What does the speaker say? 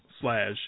slash